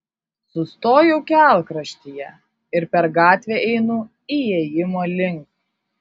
sustoju kelkraštyje ir per gatvę einu įėjimo link